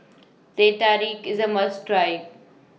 Teh Tarik IS A must Try